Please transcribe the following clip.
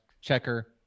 checker